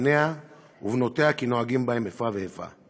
בניה ובנותיה כי נוהגים בהם איפה ואיפה".